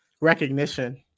recognition